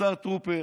השר טרופר,